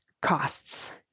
costs